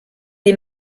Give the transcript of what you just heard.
des